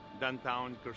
Downtown